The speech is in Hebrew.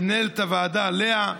למנהלת הוועדה לאה,